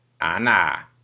Anna